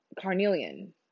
carnelian